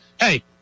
hey